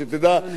שתדע,